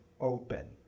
open